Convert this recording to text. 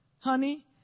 honey